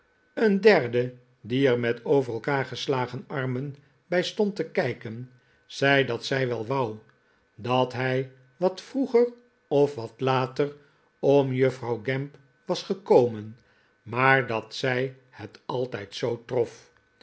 een derde die er met over elkaar geslagen armen bij stond te kijlcen zei dat zij wel wou dat hij wat vroeger of wat later om juffrouw gamp was gekomen maar dat zij het altijd zoo trof